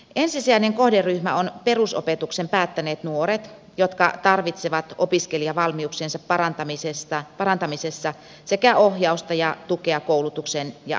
ensisijainen kohderyhmä on perusopetuksen päättäneet nuoret jotka tarvitsevat opiskelijavalmiuksiensa parantamista sekä ohjausta että tukea koulutuksen ja ammatin valinnassa